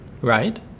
right